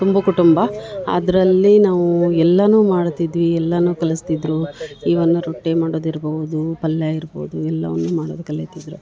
ತುಂಬು ಕುಟುಂಬ ಅದರಲ್ಲಿ ನಾವು ಎಲ್ಲಾನು ಮಾಡ್ತಿದ್ವಿ ಎಲ್ಲನು ಕಲಿಸ್ತಿದ್ದರು ಈವನ್ನು ರೊಟ್ಟಿ ಮಾಡೋದು ಇರ್ಬೌದು ಪಲ್ಯ ಇರ್ಬೋದು ಎಲ್ಲವನ್ನು ಮಾಡೋದು ಕಲೀತಿದ್ದರು